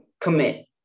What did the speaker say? Commit